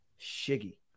Shiggy